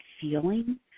feeling